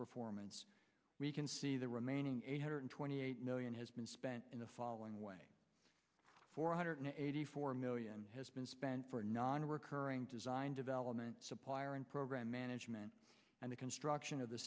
performance we can see the remaining eight hundred twenty eight million has been spent in the following way four hundred eighty four million has been spent for non recurring design development supplier and program management and the construction of the